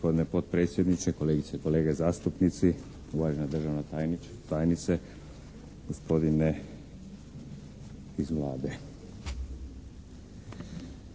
Hvala.